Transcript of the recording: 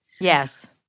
Yes